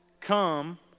come